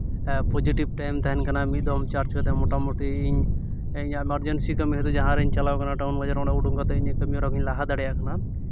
positive time ᱛᱟᱦᱮᱱ ᱠᱟᱱᱟ ᱢᱤᱫ ᱫᱚᱢ ᱪᱟᱨᱡᱽ ᱠᱟᱛᱮ ᱢᱚᱴᱟᱢᱩᱴᱤ ᱤᱧ ᱤᱧᱟ ᱜ ᱮᱢᱟᱨᱡᱮᱱᱥᱤ ᱠᱟᱹᱢᱤ ᱨᱮ ᱡᱟᱦᱟᱸᱨᱤᱧ ᱪᱟᱞᱟᱣ ᱠᱟᱱᱟ ᱴᱟᱣᱩᱱ ᱵᱟᱡᱟᱨ ᱚᱸᱰᱮ ᱩᱰᱩᱝ ᱠᱟᱛᱮ ᱤᱧᱟᱹᱜ ᱠᱟᱹᱢᱤᱦᱚᱨᱟ ᱠᱩᱧ ᱞᱟᱦᱟ ᱫᱟᱲᱮᱭᱟᱜ ᱠᱟᱱᱟ